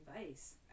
advice